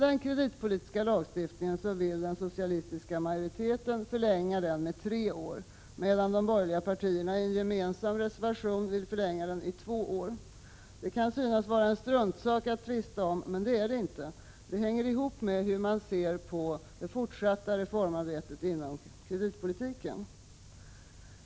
Den socialistiska majoriteten vill förlänga den kreditpolitiska lagstiftningen med tre år, medan de borgerliga partierna i en gemensam reservation vill förlänga den i två år. Det kan synas vara en struntsak att tvista om, men det är det inte, för det hänger ihop med hur man ser på det fortsatta reformarbetet inom kreditpolitiken.